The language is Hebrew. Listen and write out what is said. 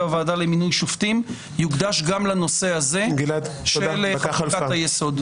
הוועדה למינוי שופטים יוקדש גם לנושא הזה של חוקת היסוד.